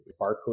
barcode